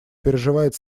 переживает